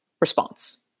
response